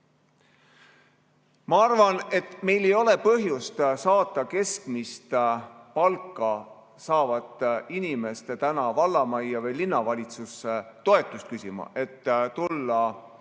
arvan, et meil ei ole põhjust saata keskmist palka saavat inimest vallamajja või linnavalitsusse toetust küsima, et ta